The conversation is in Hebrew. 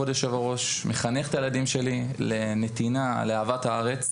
מחנך את הילדים שלי לנתינה ואהבת הארץ,